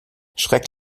schreck